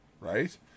right